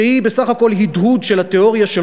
שהיא בסך הכול הדהוד של התיאוריה של